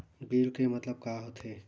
Bill के मतलब का होथे?